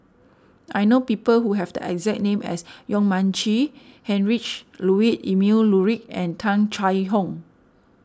I know people who have the exact name as Yong Mun Chee Heinrich Ludwig Emil Luering and Tung Chye Hong